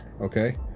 okay